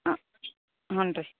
ಹಾಂ ಹ್ಞೂ ರೀ